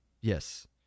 Yes